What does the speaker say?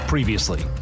Previously